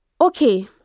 Okay